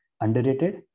underrated